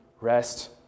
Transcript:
rest